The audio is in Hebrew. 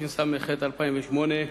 התשס"ט 2009,